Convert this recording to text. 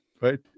Right